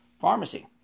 pharmacy